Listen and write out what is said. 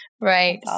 right